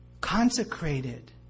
Consecrated